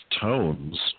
tones